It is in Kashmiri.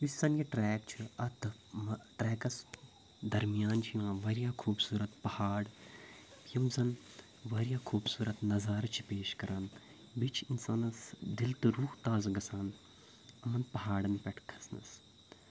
یُس زَن یہِ ٹِرٛیک چھُ اَتھ ٹرٛیکَس درمیان چھ یِوان واریاہ خوٗبصوٗرت پہاڑ یِم زَن واریاہ خوٗبصوٗرَت نظار چھِ پیش کَران بییہِ چھِ انسانَس دل تہٕ روٗح تازٕ گَژھان یِمَن پَہاڑَن پٮ۪ٹھ کھَسنَس